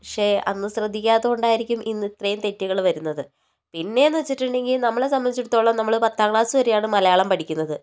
പക്ഷേ അന്നു ശ്രദ്ധിയ്ക്കാത്തതു കൊണ്ടായിരിക്കും ഇന്ന് ഇത്രയും തെറ്റുകൾ വരുന്നത് പിന്നെയെന്നു വെച്ചിട്ടുണ്ടെങ്കിൽ നമ്മളെ സംബന്ധിച്ചിടത്തോളം നമ്മൾ പത്താം ക്ലാസ് വരെയാണ് മലയാളം പഠിയ്ക്കുന്നത്